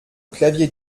clavier